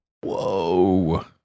Whoa